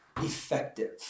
effective